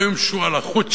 לא עם שועל החוץ שלו,